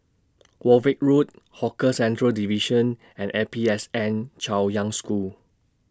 Warwick Road Hawker Centres Division and A P S N Chaoyang School